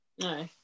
No